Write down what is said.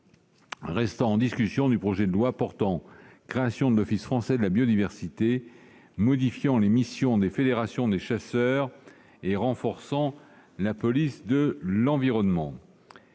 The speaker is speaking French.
restant en discussion du projet de loi portant création de l'Office français de la biodiversité, modifiant les missions des fédérations des chasseurs et renforçant la police de l'environnement